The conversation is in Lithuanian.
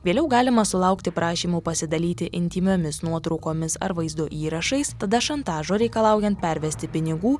vėliau galima sulaukti prašymų pasidalyti intymiomis nuotraukomis ar vaizdo įrašais tada šantažo reikalaujan pervesti pinigų